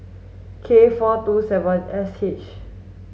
K four two seven S H